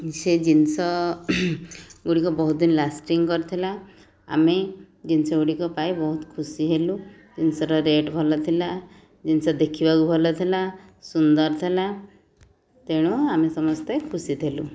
ସେ ଜିନିଷ ଗୁଡ଼ିକ ବହୁତ ଦିନ ଲାଷ୍ଟିଙ୍ଗ କରିଥିଲା ଆମେ ଜିନିଷ ଗୁଡ଼ିକ ପାଇ ବହୁତ ଖୁସି ହେଲୁ ଜିନିଷର ରେଟ୍ ଭଲ ଥିଲା ଜିନିଷ ଦେଖିବାକୁ ଭଲ ଥିଲା ସୁନ୍ଦର ଥିଲା ତେଣୁ ଆମେ ସମସ୍ତେ ଖୁସି ଥିଲୁ